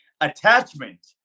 attachment